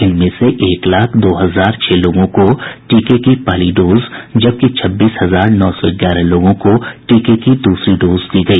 इनमें से एक लाख दो हजार छह लोगों को टीके की पहली डोज जबकि छब्बीस हजार नौ सौ ग्यारह लोगों को टीके की दूसरी डोज दी गई